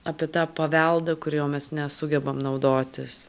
apie tą paveldą kuriuo mes nesugebam naudotis